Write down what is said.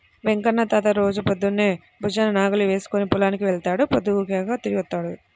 వెంకన్న తాత రోజూ పొద్దన్నే భుజాన నాగలి వేసుకుని పొలానికి వెళ్తాడు, పొద్దుగూకినాకే తిరిగొత్తాడు